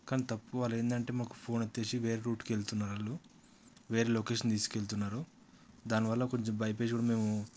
కానీ తప్పు వాళ్ళు ఏమిటి అంటే మాకు ఫోన్ ఎత్తేసి వేరే రూట్కి వెళ్తున్నారు వాళ్ళు వేరే లొకేషన్ తీసుకెళ్తున్నారు దానివల్ల కొంచెం భయమేసి కూడా మేము